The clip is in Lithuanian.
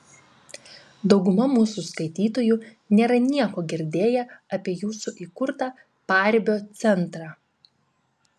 dauguma mūsų skaitytojų nėra nieko girdėję apie jūsų įkurtą paribio centrą